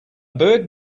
bird